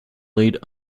laid